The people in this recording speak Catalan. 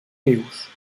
déus